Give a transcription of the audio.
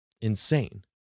insane